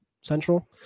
central